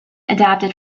adapted